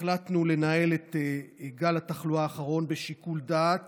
החלטנו לנהל את גל התחלואה האחרון בשיקול דעת